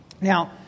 Now